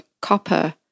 copper